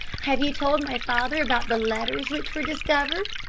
have you told my father about the letters which were discovered?